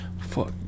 Fuck